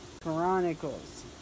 Chronicles